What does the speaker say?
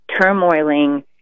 turmoiling